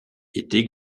été